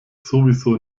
sowieso